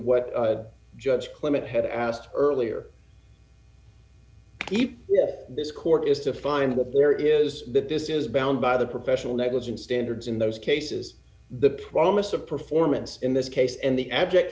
what judge clement had asked earlier he this court is to find that there is that this is bound by the professional negligence standards in those cases the promise of performance in this case and the abject